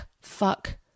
fuck